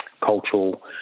cultural